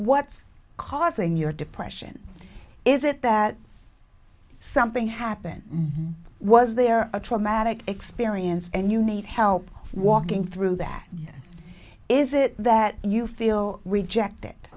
what's causing your depression is it that something happened was there a traumatic experience and you need help walking through that is it that you feel rejected